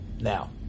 Now